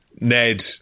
Ned